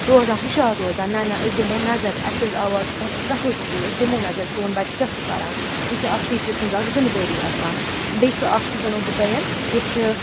روزان ہُشار روزان نَہ نَہ أسۍ دِمو نظر اَسہِ حظ آو آز فون أسۍ گژھو سکوٗل أسۍ دِمو نَظر سون بَچہِ کیٛاہ چھُ کَران یہِ چھِ اَکھ ٹیٖچَرٕ سٕنٛز اَکھ ذِمہٕ دٲری آسان بیٚیہِ چھُ اَکھ چیٖز وَنو بہٕ تۄہہِ ییٚتہِ چھِ